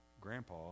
grandpa